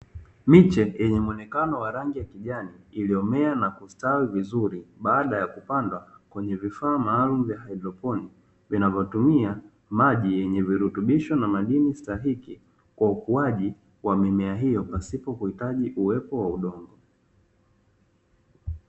Miche yenye mwonekano wa rangi ya kijani, iliyomea na kustawi vizuri baada ya kupandwa kwenye vifaa maalumu vya haidroponi, vinavyotumia maji yenye virutubisho na madini stahiki kwa ukuaji wa mimea hiyo pasipo kuhitaji uwepo wa udongo.